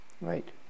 right